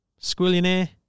squillionaire